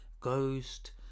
Ghost